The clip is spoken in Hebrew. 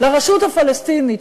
לרשות הפלסטינית,